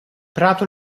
prato